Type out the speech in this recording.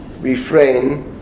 refrain